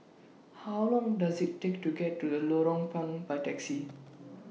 How Long Does IT Take to get to Lorong Payah By Taxi